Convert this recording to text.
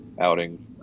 outing